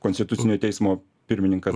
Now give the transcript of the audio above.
konstitucinio teismo pirmininkas